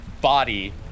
body